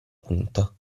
punta